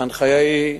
ההנחיה היא,